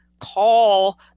call